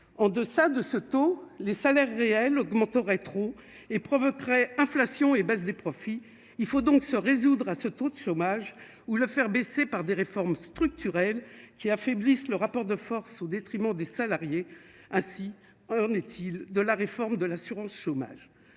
en deçà de ce taux, les salaires réels augmentent rétro et provoquerait inflation et baisse des profits, il faut donc se résoudre à ce taux de chômage ou le faire baisser par des réformes structurelles qui affaiblissent le rapport de force au détriment des salariés assis alors n'est-il de la réforme de l'assurance chômage,